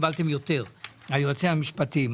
היועצים המשפטיים,